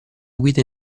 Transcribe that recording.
guida